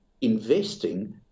investing